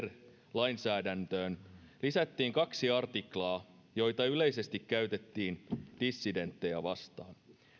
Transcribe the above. lainsäädäntöön lisättiin kaksi artiklaa joita yleisesti käytettiin dissidenttejä vastaan